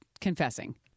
confessing